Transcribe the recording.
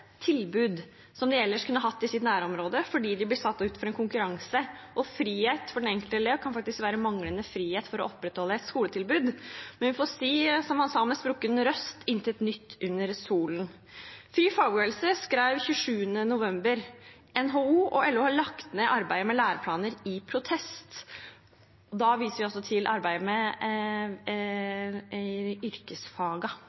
tilbud som de ellers kunne hatt i sitt nærområde, fordi de blir utsatt for en konkurranse. Frihet for den enkelte elev kan faktisk være manglende frihet for å opprettholde et skoletilbud. Men vi får si som han sa «med sprukken røst: Intet er nytt under solen». FriFagbevegelse skrev 27. november: «LO og NHO la ned arbeid med læreplaner i protest.» Vi viser da til arbeidet med